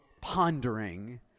pondering